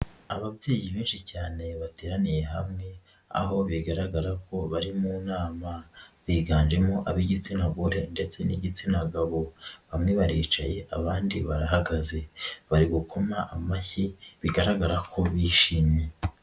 Ababyeyi benshi cyane bateraniye hamwe aho bigaragara ko bari mu nama biganjemo ab'igitsina gore ndetse n'igitsina gabo, bamwe baricaye abandi barahagaze bari gukoma amashyi bigaragara ko bishimye.